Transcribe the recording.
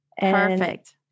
Perfect